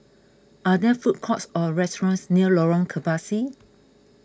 are there food courts or restaurants near Lorong Kebasi